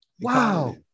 wow